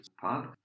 pub